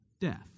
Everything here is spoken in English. death